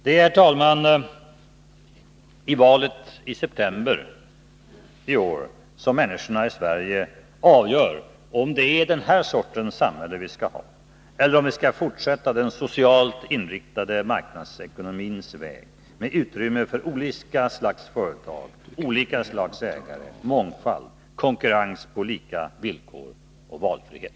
Det är, herr talman, i valet i september i år som människorna i Sverige avgör om det är den här sortens samhälle vi skall ha, eller om vi skall fortsätta den socialt inriktade marknadsekonomins väg med utrymme för olika slags företag, olika slags ägare, mångfald, konkurrens på lika villkor och valfrihet.